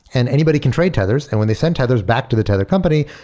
and anybody can trade tethers. and when they send tethers back to the tether company,